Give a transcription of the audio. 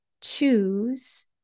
choose